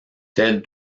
tel